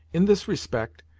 in this respect,